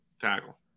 Tackle